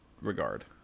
regard